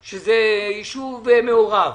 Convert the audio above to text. שהוא יישוב מעורב.